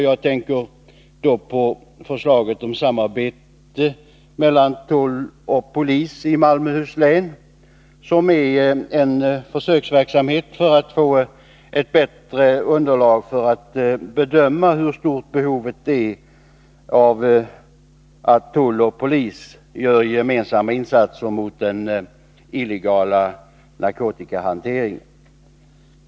Jag tänker på förslaget om samarbete mellan tull och polis i Malmöhus län. Detta är en försöksverksamhet som syftar till att man skall få ett bättre underlag för att bedöma hur stort behovet är av att tull och polis gör gemensamma insatser mot den illegala narkotikahanteringen.